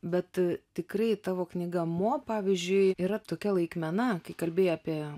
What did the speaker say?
bet tikrai tavo knyga mo pavyzdžiui yra tokia laikmena kai kalbėjai apie